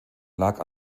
lag